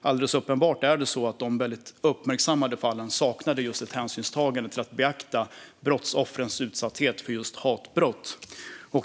Alldeles uppenbart är att man i bedömningen av de uppmärksammade fallen inte tog hänsyn till brottsoffrens utsatthet för just hatbrott.